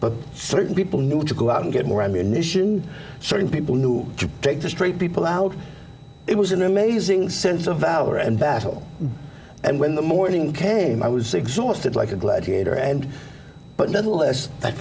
but certain people knew to go out and get more ammunition showing people who take the street people out it was an amazing sense of valor and battle and when the morning came i was exhausted like a gladiator and but nonetheless that